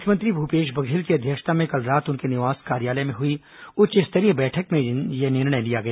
मुख्यमंत्री भूपेश बघेल की अध्यक्षता में कल रात उनके निवास कार्यालय में हुई उच्च स्तरीय बैठक में यह निर्णय लिया गया